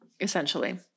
essentially